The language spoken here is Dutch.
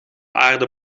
aarde